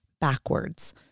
backwards